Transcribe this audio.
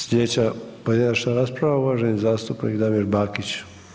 Sljedeća pojedinačna rasprava, uvaženi zastupnik Damir Bakić.